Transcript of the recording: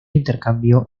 intercambio